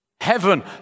Heaven